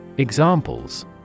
Examples